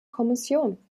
kommission